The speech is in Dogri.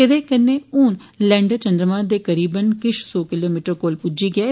एह्दे कन्नै हुन लैंडर चंद्रमा दे करीबन किष सौ किलोमीटर कोल पुज्जी गेआ ऐ